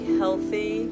healthy